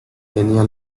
tenía